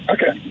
Okay